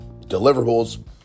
deliverables